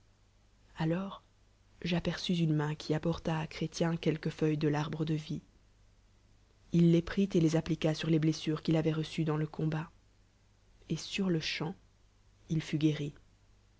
alors j'aperçus une main qui apporta à cbrélien quelques fewlles de l'arbre de vie il les prit et les applicua sur les bleasures qu'il avoit reçues dans le comhatr etsurle champ il fut guéri